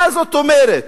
מה זאת אומרת?